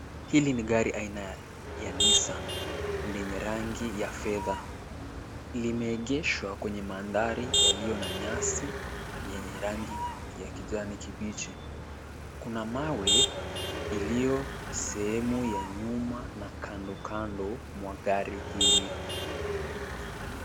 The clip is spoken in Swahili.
Hili ni gari aina ya Nissan lenye rangi ya fedha. Limeegeshwa kwenye mandhari yaliyo na nyasi yenye rangi ya kijani kibichi. Kuna mawe iliyo sehemu ya nyuma na kando kando mwa gari hili.